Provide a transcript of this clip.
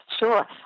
Sure